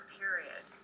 period